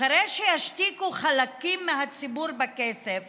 אחרי שישתיקו חלקים מהציבור בכסף